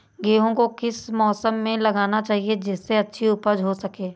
गेहूँ को किस मौसम में लगाना चाहिए जिससे अच्छी उपज हो सके?